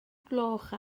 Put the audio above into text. gloch